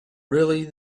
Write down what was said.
really